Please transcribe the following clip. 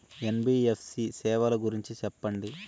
NBFC సేవల గురించి సెప్పండి?